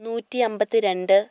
നൂറ്റിയമ്പത്തിരണ്ട്